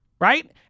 right